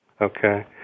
Okay